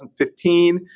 2015